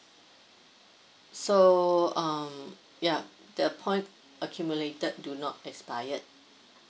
so um yeah the point accumulated do not expired